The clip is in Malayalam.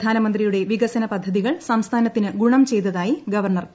പ്രധാനമന്ത്രിയുടെ വികസന പദ്ധതികൾ സംസ്ഥാനത്തിന് ഗുണം ചെയ്തതായി ഗവർണർ പി സദാശിവം